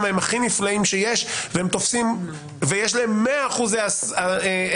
הכי נפלאים שיש ויש להם 100% הצלחה.